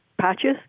patches